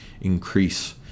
increase